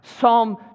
Psalm